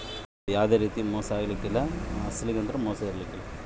ಸರ್ಕಾರಿ ಬಾಂಡುಲಾಸು ತಾಂಬೋರಿಗೆ ಕಾಮನ್ ಆಗಿ ಯಾವ್ದೇ ರೀತಿ ಅಪಾಯ ಆಗ್ಕಲ್ಲ, ಅಸಲೊಗಂತೂ ಮೋಸ ಇರಕಲ್ಲ